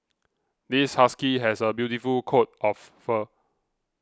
this husky has a beautiful coat of fur